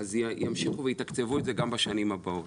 ימשיכו ויתקצבו את זה גם בשנים הבאות.